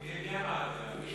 מי אמר את זה, לפיד?